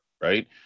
right